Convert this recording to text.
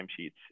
timesheets